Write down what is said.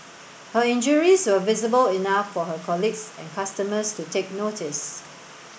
her injuries were visible enough for her colleagues and customers to take notice